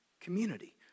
community